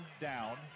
down